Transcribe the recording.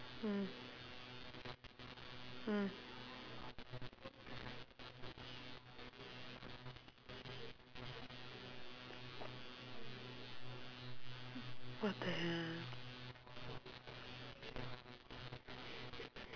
mm mm what the hell